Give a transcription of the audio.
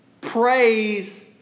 Praise